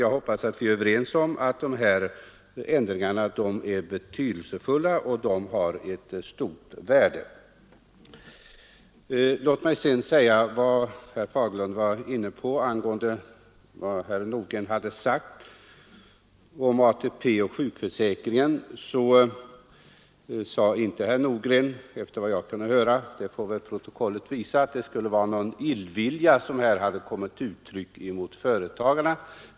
Jag hoppas att vi är överens om att dessa ändringar är betydelsefulla och har ett stort värde. Herr Fagerlund var inne på vad herr Nordgren hade sagt om ATP och sjukförsäkringen. Herr Nordgren sade inte efter vad jag kunde höra — det får väl protokollet visa — att det skulle vara någon illvilja som här hade kommit till uttryck mot företagare.